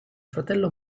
fratello